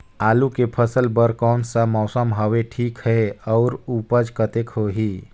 आलू के फसल बर कोन सा मौसम हवे ठीक हे अउर ऊपज कतेक होही?